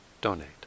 donate